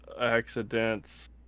accidents